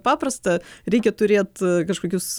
paprasta reikia turėt kažkokius